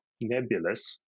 nebulous